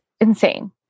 Insane